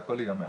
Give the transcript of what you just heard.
והכול ייגמר.